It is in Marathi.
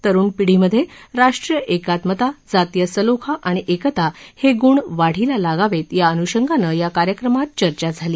तरुण पिढीमध्ये राष्ट्रीय एकात्मता जातीय सलोखा आणि एकता हे ग्ण वाढीला लागावे या अन्षंगानं कार्यक्रमात चर्चा झाली